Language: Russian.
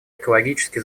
экологически